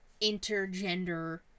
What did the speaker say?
intergender